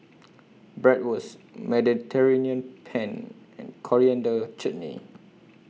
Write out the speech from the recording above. Bratwurst Mediterranean Penne and Coriander Chutney